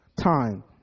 time